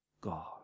God